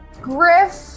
Griff